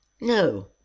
No